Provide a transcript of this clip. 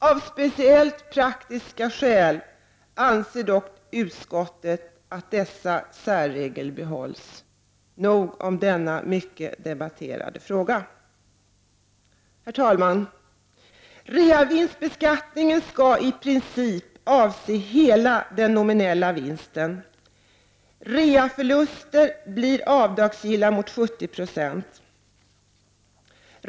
Av speciella praktiska skäl anser dock utskottet att dessa särregler skall behållas. Därmed har jag talat nog om denna mycket debatterade fråga. Herr talman! Reavinstbeskattningen skall i princip avse hela den nominella vinsten. Reaförluster blir avdragsgilla med 70 96.